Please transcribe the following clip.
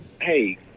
hey